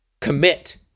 commit